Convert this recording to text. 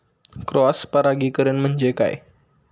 Cross परागीकरण म्हणजे काय?